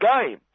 game